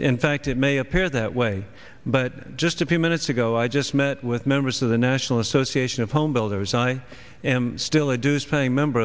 in fact it may appear that way but just a few minutes ago i just met with members of the national association of homebuilders i am still a dues paying member